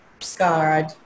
scarred